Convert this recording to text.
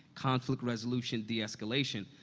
conflict resolution, de-escalation,